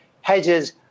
hedges